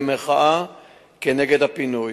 במחאה כנגד הפינוי.